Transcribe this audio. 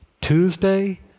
Tuesday